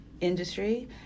industry